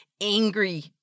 angry